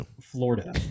Florida